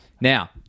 now